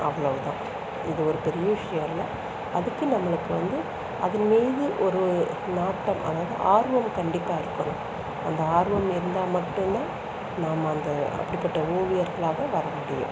அதனால் தான் இது ஒரு பெரிய விஷ்யம் இல்லை அதுக்கு நம்மளுக்கு வந்து அது மீது ஒரு நாட்டம் அதாவது ஆர்வம் கண்டிப்பாக இருக்கணும் அந்த ஆர்வம் இருந்தால் மட்டும்தான் நாம் அந்த அப்படிப்பட்ட ஓவியர்களாக வர முடியும்